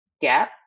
gap